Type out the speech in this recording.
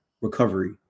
recovery